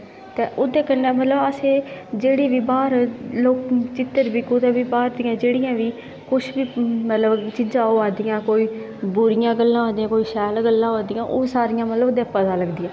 ते ओह्दे कन्नै मतलब अस एह् जेह्ड़ी बी बाहर लोग चित्तर कुदै बी पांदियां बाहर कुदै बी मतलब चीज़ां आवा दियां कोई बी मतलब बुरियां गल्लां होआ दियां कोई शैल गल्लां होआ दियां ते ओह् सारियां मतलब पता लग्गेआ